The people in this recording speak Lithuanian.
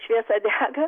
šviesa dega